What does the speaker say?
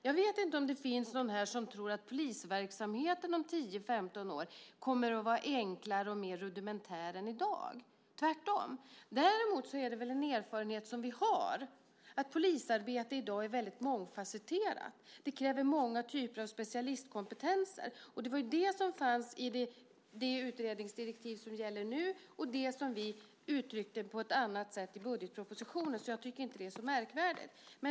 Jag vet inte om det finns någon här som tror att polisverksamheten om 10-15 år kommer att vara enklare och mer rudimentär än i dag - tvärtom. Däremot är det väl en erfarenhet som vi har att polisarbete i dag är väldigt mångfasetterat. Det kräver många typer av specialistkompetenser. Det var ju det som fanns med i det utredningsdirektiv som gäller nu och det som vi uttryckte på ett annat sätt i budgetpropositionen, så jag tycker inte att det är så märkvärdigt.